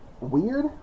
weird